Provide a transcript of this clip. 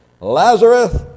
Lazarus